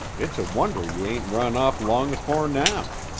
it's a wonder you ain't run off long afore now.